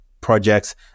projects